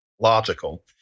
logical